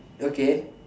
okay